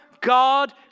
God